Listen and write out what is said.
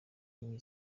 nkingi